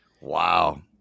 wow